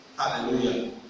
Hallelujah